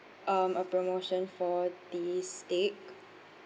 um a promotion for the steak